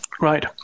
Right